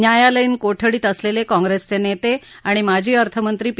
न्यायालयीन कोठडीत असलेले काँग्रेसचे नेते आणि माजी अर्थमंत्री पी